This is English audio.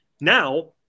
Now